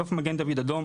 בסוף מגן דוד אדום,